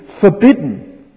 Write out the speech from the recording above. forbidden